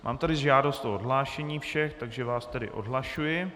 Mám tady žádost o odhlášení všech, takže vás odhlašuji.